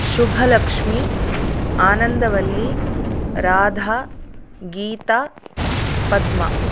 Shubhalakshmi Anandavalli Radha Geeta Padma